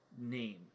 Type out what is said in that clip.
name